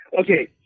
okay